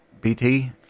BT